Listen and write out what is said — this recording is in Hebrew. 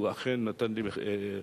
הוא אכן נתן לי,